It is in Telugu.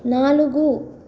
నాలుగు